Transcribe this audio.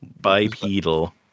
bipedal